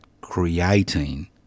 creating